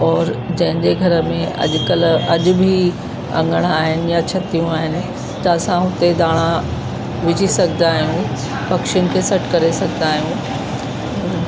और जंहिंजे घर में अॼुकल्ह अॼु बि अंङण आहिनि यां छतियूं आहिनि त असां हुते धाणा विझी सघंदा आहियूं पखियुनि खे सॾु करे सघंदा आहियूं